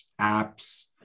apps